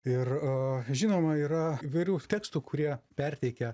ir a žinoma yra įvairių tekstų kurie perteikia